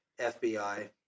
FBI